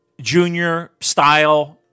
junior-style